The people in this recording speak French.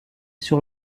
sur